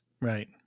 right